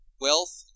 wealth